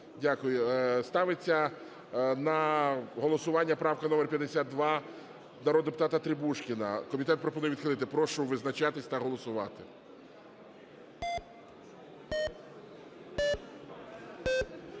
Дякую. Ставиться на голосування правка номер 52 народного депутата Требушкіна. Комітет пропонує відхилити. Прошу визначатись та голосувати.